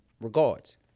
regards